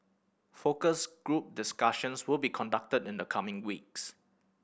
focus group discussions will be conducted in the coming weeks